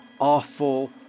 awful